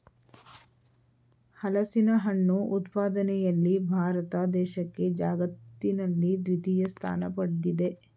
ಹಲಸಿನಹಣ್ಣು ಉತ್ಪಾದನೆಯಲ್ಲಿ ಭಾರತ ದೇಶಕ್ಕೆ ಜಗತ್ತಿನಲ್ಲಿ ದ್ವಿತೀಯ ಸ್ಥಾನ ಪಡ್ದಿದೆ